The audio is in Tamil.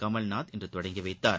கமல்நாத் இன்று தொடங்கி வைத்தார்